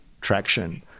traction